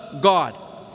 God